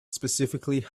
specifically